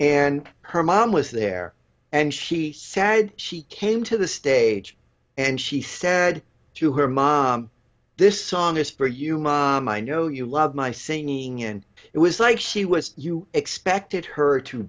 and her mom was there and she sad she came to the stage and she said to her mom this song is for you mom i know you love my singing and it was like she was you expected her to